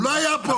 הוא לא היה פה.